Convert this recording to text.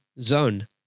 zone